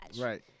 Right